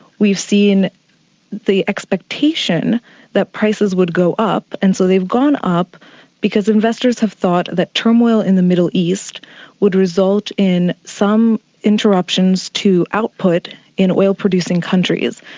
we've seen the expectation that prices would go up, and so they've gone up because investors have thought that turmoil in the middle east would result in some interruptions to output in oil producing countries,